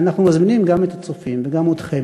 ואנחנו מזמינים גם את הצופים וגם אתכם,